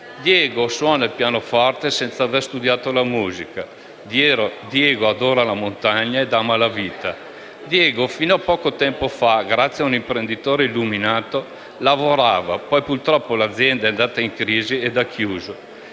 Diego suona il pianoforte senza aver studiato la musica. Diego adora la montagna e ama la vita. Diego fino a poco tempo fa, grazie a un imprenditore illuminato, lavorava; poi, purtroppo, l'azienda è andata in crisi e ha chiuso.